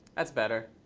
that's better.